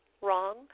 wrong